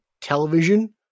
television